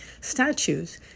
statues